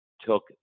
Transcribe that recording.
took